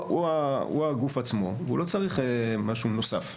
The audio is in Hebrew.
הוא הגוף עצמו והוא לא צריך משהו נוסף.